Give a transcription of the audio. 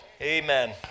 Amen